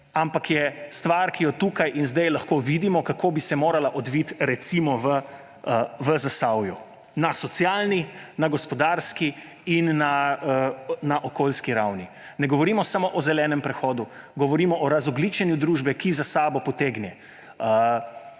ampak je stvar, ki jo tukaj in zdaj lahko vidimo, kako bi se morala odviti recimo v Zasavju – na socialni, na gospodarski in na okoljski ravni. Ne govorimo samo o zelenem prehodu, govorimo o razogljičenju družbe, ki za sabo potegne